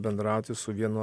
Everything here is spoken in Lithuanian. bendrauti su vienu